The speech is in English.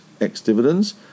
ex-dividends